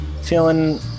feeling